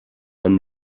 ein